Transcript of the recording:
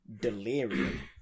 delirium